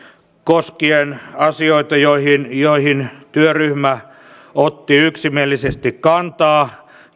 koskien asioita joihin työryhmä otti yksimielisesti kantaa